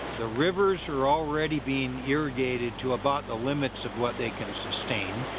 the rivers are already being irrigated to about the limits of what they can sustain.